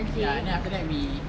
okay